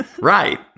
right